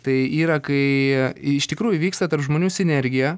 tai yra kai iš tikrųjų vyksta tarp žmonių sinergija